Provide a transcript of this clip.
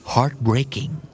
Heartbreaking